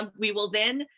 ah we will then,